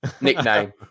nickname